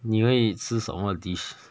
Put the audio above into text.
你会吃什么 dish